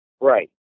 Right